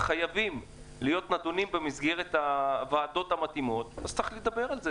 שחייבים להיות במסגרת הוועדות המתאימות אז צריך לדבר על זה,